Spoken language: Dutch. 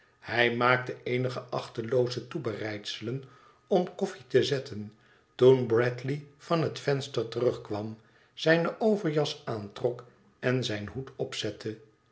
hij maakte eenige achtelooze toebereidselen om kofhe te zetten toen bradley van het venster terugkwam zijne overjas aantrok en zijn hoed opzette